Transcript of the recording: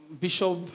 Bishop